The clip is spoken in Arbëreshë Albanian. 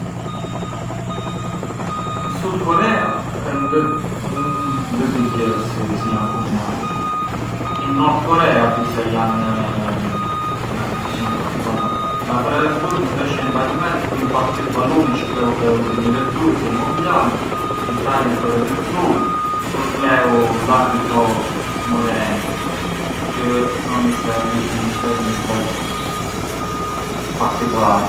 In Sud Korea ngë di gjë si jan kuminartur, in Nord Korea di se jan te na situazioni particolari, a Sud Korea e mbanj ment pë një partit baluni çë kleu te u dumila e dui te i Mondiali, Italia – Korea del Sud kur kleu l’arbitro Moreno, çë thomi se ish një ishter një skaj particolari.